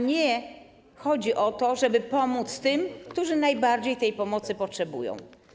Nie chodzi o to, żeby pomóc tym, którzy najbardziej tej pomocy potrzebują.